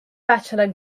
bachelor